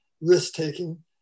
risk-taking